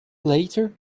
later